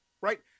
right